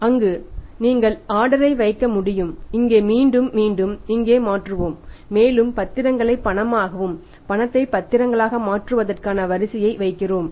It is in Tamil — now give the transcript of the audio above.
அங்கு நீங்கள் ஆர்டரை வைக்க முடியும் இங்கே மீண்டும் மீண்டும் இங்கே மாற்றுவோம் மேலும் பத்திரங்களை பணமாகவும் பணத்தை பத்திரங்களாக மாற்றுவதற்கான வரிசையை வைக்கிறோம்